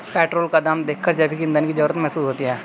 petrol का दाम देखकर जैविक ईंधन की जरूरत महसूस होती है